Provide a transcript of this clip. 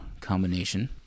combination